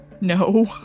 No